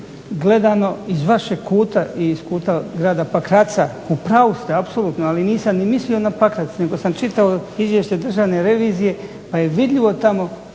Gledano iz vašeg kuta i iz kuta grada Pakraca u pravu ste, apsolutno, ali nisam ni mislio na Pakrac, nego sam čitao izvješće državne revizije pa je vidljivo tamo